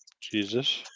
Jesus